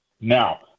Now